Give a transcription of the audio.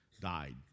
died